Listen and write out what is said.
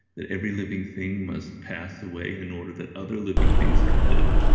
that every living thing must pass away in order that other living things can live.